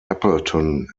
appleton